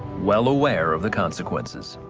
well aware of the consequences.